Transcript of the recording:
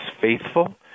faithful